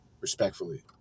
respectfully